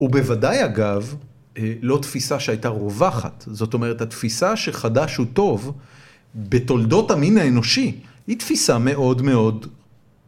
‫ובוודאי, אגב, ‫לא תפיסה שהייתה רווחת. ‫זאת אומרת, התפיסה שחדש הוא טוב ‫בתולדות המין האנושי ‫היא תפיסה מאוד מאוד...